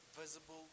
visible